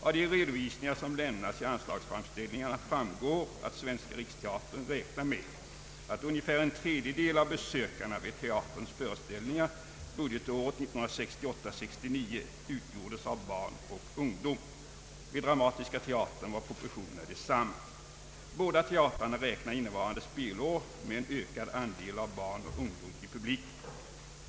Av de redovisningar som lämnats i anslagsframställningarna framgår att Svenska riksteatern räknar med att ungefär en tredjedel av besökarna vid teaterns föreställningar budgetåret 1968/69 utgjordes av barn och ungdom. Vid Dramatiska teatern var proportionerna desamma. Båda teatrarna räknar innevarande spelår med en ökad andel av barn och ungdom i publiken.